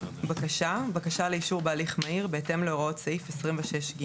"בקשה" - בקשה לאישור בהליך מהיר בהתאם להוראות סעיף 26ג,